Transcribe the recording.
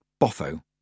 boffo